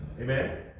Amen